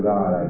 God